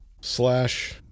Slash